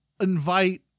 invite